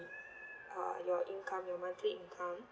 uh your income your monthly income